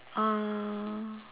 ah